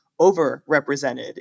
overrepresented